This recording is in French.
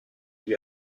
lui